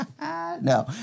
no